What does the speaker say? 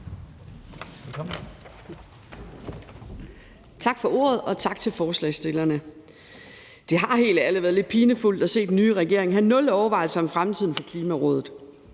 Tak for ordet, og tak til forslagsstillerne. Det har helt ærligt været lidt pinefuldt at se den nye regering have nul overvejelser om fremtiden for Klimarådet,